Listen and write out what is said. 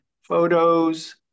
photos